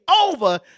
over